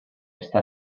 estar